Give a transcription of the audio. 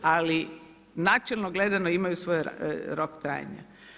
Ali načelno gledano imaju svoj rok trajanja.